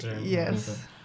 yes